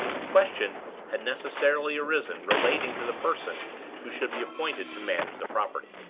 a question had necessarily arisen relating to the person who should be appointed to manage the property.